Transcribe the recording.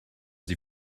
die